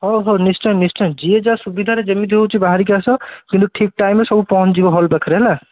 ହଉ ହଉ ନିଶ୍ଚୟ ନିଶ୍ଚୟ ଯିଏ ଯାହା ସୁବିଧାରେ ଯେମିତି ହେଉଛି ବାହରିକି ଆସ କିନ୍ତୁ ଠିକ୍ ଟାଇମ୍ରେ ସବୁ ପହଞ୍ଚିଯିବ ହଲ୍ ପାଖରେ ହେଲା